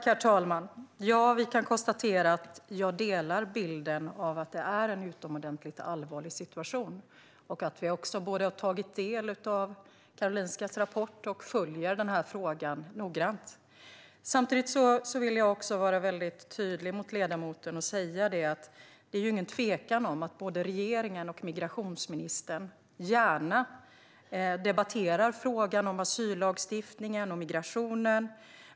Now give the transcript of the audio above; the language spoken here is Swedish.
Herr talman! Vi kan konstatera att jag delar bilden att det är en utomordentligt allvarlig situation. Vi har tagit del av Karolinskas rapport, och vi följer frågan noggrant. Samtidigt vill jag vara väldigt tydlig mot ledamoten: Det är ingen tvekan om att både regeringen och migrationsministern gärna debatterar frågan om asyllagstiftningen och migrationen.